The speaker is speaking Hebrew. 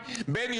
חוק-יסוד.